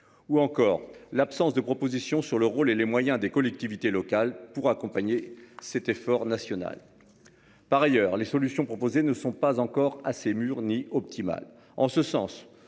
ou encore l'absence de propositions sur le rôle et les moyens des collectivités locales pour accompagner cet effort national. Par ailleurs, les solutions proposées ne sont pas encore assez mûr ni optimale en ce sens.